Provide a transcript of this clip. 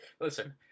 listen